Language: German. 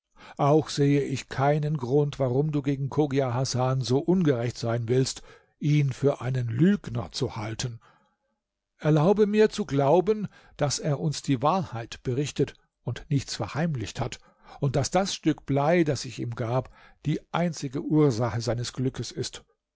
auch sehe ich keinen grund warum du gegen chogia hasan so ungerecht sein willst ihn für einen lügner zu halten erlaube mir zu glauben daß er uns die wahrheit berichtet und nichts verheimlicht hat und daß das stück blei das ich ihm gab die einzige ursache seines glückes ist